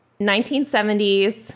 1970s